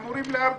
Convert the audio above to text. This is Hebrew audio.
אמורים להרגיש?